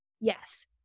Yes